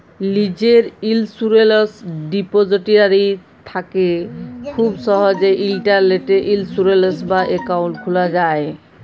লীজের insurance depository থ্যাকে খুব সহজেই ইলটারলেটে ইলসুরেলস বা একাউল্ট খুলা যায়